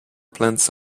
plants